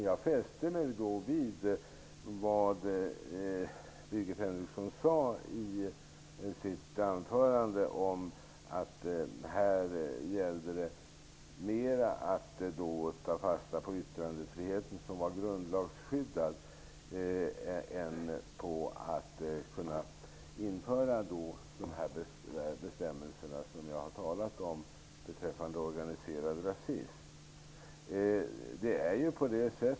Jag fäste mig vid vad Birgit Henriksson i sitt anförande sade om att det mer gällde att ta fasta på yttrandefriheten, som är grundlagsskyddad, än att göra det möjligt att införa de bestämmelser som jag har talat om beträffande organiserad rasism.